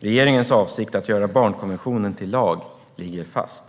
Regeringens avsikt att göra barnkonventionen till lag ligger fast.